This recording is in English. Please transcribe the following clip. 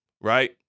right